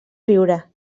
riure